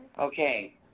Okay